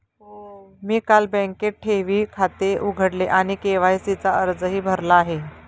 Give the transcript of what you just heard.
मी काल बँकेत ठेवी खाते उघडले आणि के.वाय.सी चा अर्जही भरला आहे